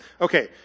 Okay